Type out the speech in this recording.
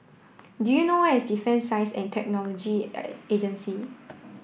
do you know where is Defence Science and Technology Agency